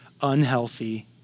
unhealthy